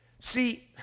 See